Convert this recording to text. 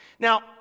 Now